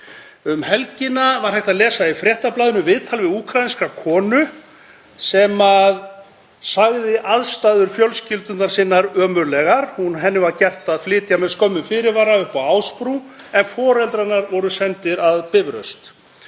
Um helgina var hægt að lesa í Fréttablaðinu viðtal við úkraínska konu sem sagði aðstæður fjölskyldu sinnar ömurlegar. Henni var gert að flytja með skömmum fyrirvara upp á Ásbrú en foreldrar hennar voru sendir að Bifröst.